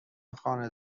خانه